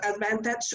advantage